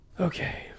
Okay